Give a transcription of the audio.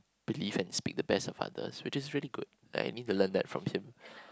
believe and speak the best of others which is very good and I need to learn that from him